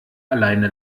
alleine